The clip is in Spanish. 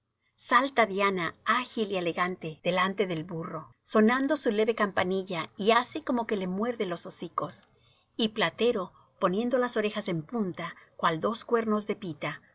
salta diana ágil y elegante delante del burro sonando su leve campanilla y hace como que le muerde los hocicos y platero poniendo las orejas en punta cual dos cuernos de pita